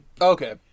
Okay